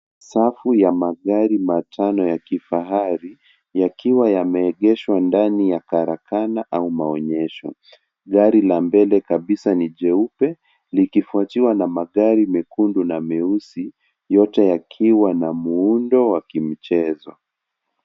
Safu ya magari matano ya kifahari yakiwa yameegeshwa ndani ya karakana au maonyesho. Gari la mbele kabisa ni jeupe likifuatiwa na magari mekundu na meusi yote yakiwa na muundo wa kimchezo.